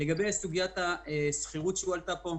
לגבי סוגיית השכירות שהועלתה פה,